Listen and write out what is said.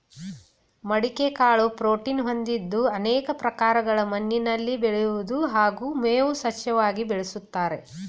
ಮಡಿಕೆ ಕಾಳು ಪ್ರೋಟೀನ್ ಹೊಂದಿದ್ದು ಅನೇಕ ಪ್ರಕಾರಗಳ ಮಣ್ಣಿನಲ್ಲಿ ಬೆಳಿಬೋದು ಹಾಗೂ ಮೇವು ಸಸ್ಯವಾಗಿ ಬೆಳೆಸ್ತಾರೆ